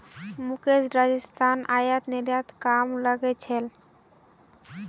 मुकेश राजस्थान स आयात निर्यातेर कामत लगे गेल छ